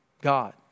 God